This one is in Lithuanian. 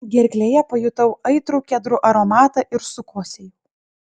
gerklėje pajutau aitrų kedrų aromatą ir sukosėjau